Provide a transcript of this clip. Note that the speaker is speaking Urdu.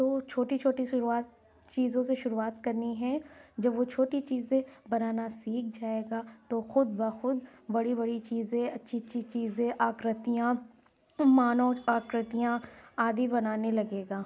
تو چھوٹی چھوٹی شروعات چیزوں سے شروعات کرنی ہے جب وہ چھوٹی چیزیں بنانا سیکھ جائے گا تو خود بخود بڑی بڑی چیزیں اچھی اچھی چیزیں آکرتیاں مانو آکرتیاں آدی بنانے لگے گا